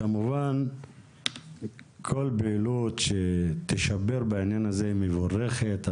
כמובן שכל פעילות בעניין הזה שתשפר, מבורכת.